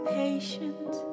patient